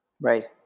Right